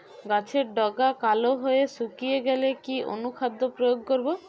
গাছের ডগা কালো হয়ে শুকিয়ে গেলে কি অনুখাদ্য প্রয়োগ করব?